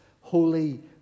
holy